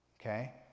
okay